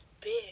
big